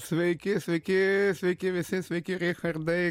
sveiki sveiki sveiki visi sveiki richardai